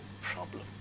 problem